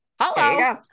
hello